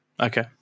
Okay